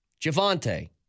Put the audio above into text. Javante